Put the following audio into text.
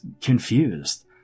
confused